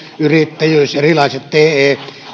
yrittäjyys erilaiset te